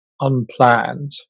unplanned